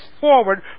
forward